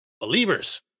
believers